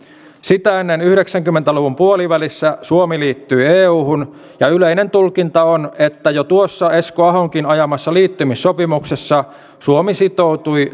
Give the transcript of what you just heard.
sitä ennen yhdeksänkymmentä luvun puolivälissä suomi liittyi euhun ja yleinen tulkinta on että jo tuossa esko ahonkin ajamassa liittymissopimuksessa suomi sitoutui